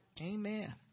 Amen